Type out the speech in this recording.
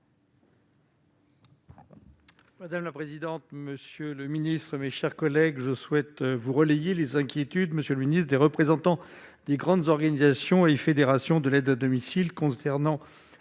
Madame la présidente, monsieur le ministre, mes chers collègues, je souhaite vous relayer les inquiétudes Monsieur le Ministre, des représentants des grandes organisations et fédérations de l'aide à domicile, concernant